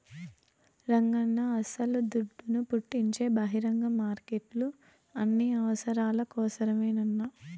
రంగన్నా అస్సల దుడ్డును పుట్టించే బహిరంగ మార్కెట్లు అన్ని అవసరాల కోసరమేనన్నా